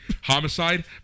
Homicide